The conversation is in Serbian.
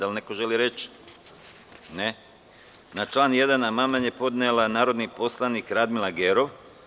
Da li neko želi reč? (Ne) Na član 1. amandman je podnela narodni poslanik Radmila Gerov.